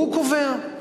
והוא קובע.